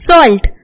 Salt